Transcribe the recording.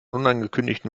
unangekündigten